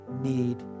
need